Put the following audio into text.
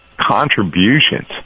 contributions